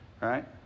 Right